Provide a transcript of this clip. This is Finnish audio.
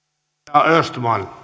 arvoisa